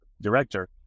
Director